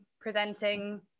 presenting